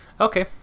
okay